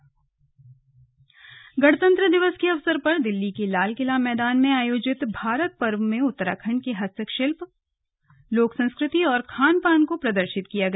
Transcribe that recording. slug लोक कलाकार दिल्ली गणतंत्र दिवस के अवसर पर दिल्ली के लाल किला मैदान में आयोजित भारत पर्व में उत्तराखण्ड के हस्तशिल्प लोक संस्कृति और खान पान को प्रदर्शित किया गया